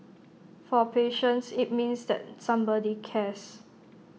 for patients IT means that somebody cares